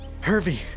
Hervey